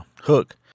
hook